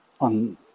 on